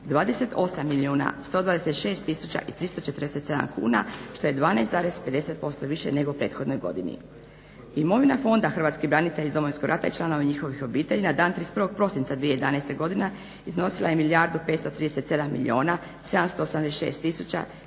i 347 kuna što je 12,50% više nego u prethodnoj godini. Imovina Fonda hrvatskih branitelja iz Domovinskog rata i članova njihovih obitelji na dan 31.prosinca 2011.godine iznosila je milijardu